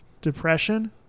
Depression